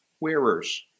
wearers